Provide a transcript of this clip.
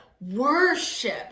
worship